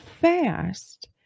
fast